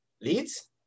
leads